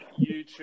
YouTube